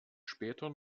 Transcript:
später